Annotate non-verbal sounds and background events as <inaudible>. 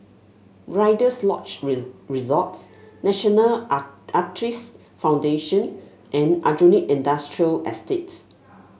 rider's Lodge <noise> Resort National <noise> Arthritis Foundation and Aljunied Industrial Estate